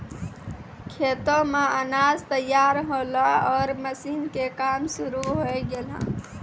खेतो मॅ अनाज तैयार होल्हों आरो मशीन के काम शुरू होय गेलै